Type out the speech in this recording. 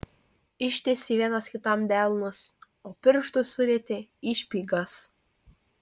ištiesė vienas kitam delnus o pirštus surietė į špygas